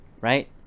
right